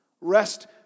Rest